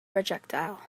projectile